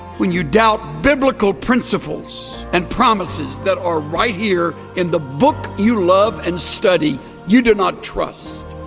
when you doubt biblical principles and promises that are right here in the book you love and study you do not trust